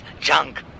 junk